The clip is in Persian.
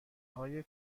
های